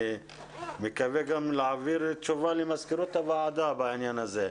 אני מקווה להעביר תשובה גם למזכירות הוועדה בנושא הזה.